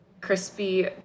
crispy